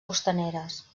costaneres